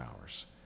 hours